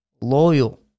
loyal